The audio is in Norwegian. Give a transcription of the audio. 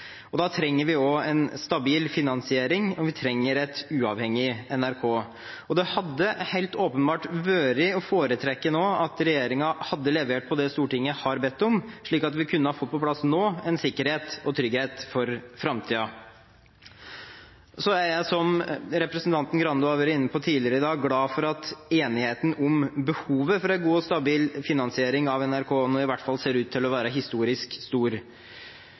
Da trenger vi også en stabil finansiering, og vi trenger et uavhengig NRK. Det hadde helt åpenbart vært å foretrekke at regjeringen hadde levert på det Stortinget har bedt om, slik at vi nå kunne fått på plass en sikkerhet og en trygghet for framtiden. Så er jeg, som representanten Grande har vært inne på tidligere i dag, glad for at enigheten om behovet for en god og stabil finansiering av NRK i hvert fall ser ut til å være historisk stor.